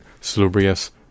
salubrious